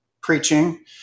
preaching